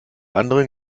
anderen